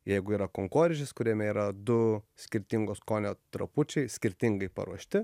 jeigu yra konkorėžis kuriame yra du skirtingo skonio trapučiai skirtingai paruošti